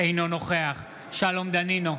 אינו נוכח שלום דנינו,